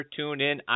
TuneIn